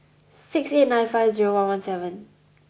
six eight nine five zero one one seven